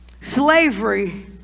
Slavery